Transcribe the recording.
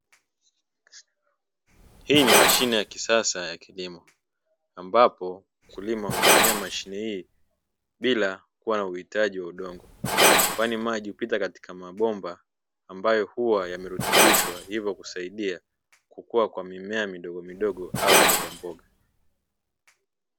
Hii ni mashine ya kisasa ya kilimo, ambapo mkulima hutumia mashine hii bila kuwa na uhitaji wa udongo, kwani maji hupita katika mabomba ambayo huwa yamerutubishwa hivyo kusaidia kukua kwa mimea midogomidogo au mbogamboga.